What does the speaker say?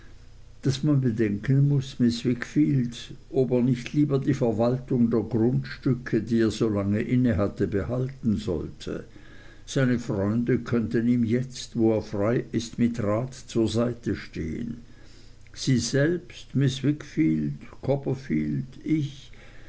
daß man bedenken muß miß wickfield ob er nicht lieber die verwaltung der grundstücke die er so lange inne hatte behalten sollte seine freunde könnten ihm jetzt wo er frei ist mit rat zur seite stehen sie selbst miß wickfield copperfield ich